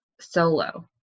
solo